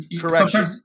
correction